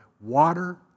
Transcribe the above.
water